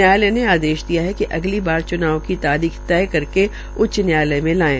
न्यायालय ने आदेश दिया है कि अगली बार च्नाव की तारीख तय करके उच्च न्यायालय में लाये